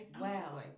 Wow